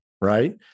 right